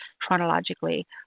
chronologically